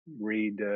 read